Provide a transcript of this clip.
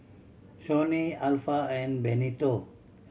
Shawnee Alpha and Benito